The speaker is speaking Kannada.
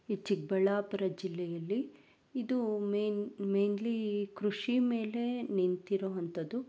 ಈ ಚಿಕ್ಕಬಳ್ಳಾಪುರ ಜಿಲ್ಲೆಯಲ್ಲಿ ಇದು ಮೇಯ್ನ್ ಮೇಯ್ನ್ಲಿ ಕೃಷಿ ಮೇಲೆ ನಿಂತಿರುವಂಥದ್ದು